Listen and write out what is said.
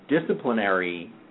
disciplinary